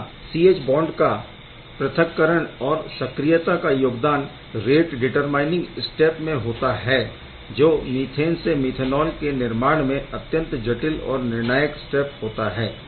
यहाँ C H bond का पृथक्करण और सक्रियता का योगदान रेट डिटरमाइनिंग स्टेप में होता है जो मीथेन से मिथेनॉल के निर्माण में अत्यंत जटिल और निर्णायक स्टेप होता है